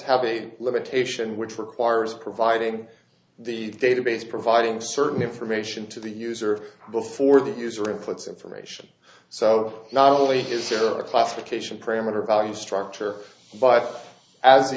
have a limitation which requires providing the database providing certain information to the user before the user inputs information so not only is there a classification parameter value structure but a